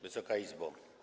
Wysoka Izbo!